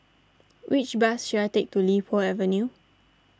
which bus should I take to Li Po Avenue